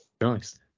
nice